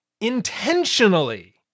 intentionally